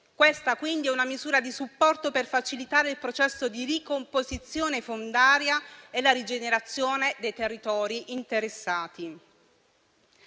Questa, quindi, è una misura di supporto per facilitare il processo di ricomposizione fondiaria e la rigenerazione dei territori interessati.